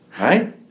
Right